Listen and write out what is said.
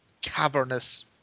cavernous